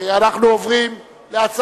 אין מתנגדים ואין נמנעים.